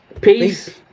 peace